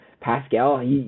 Pascal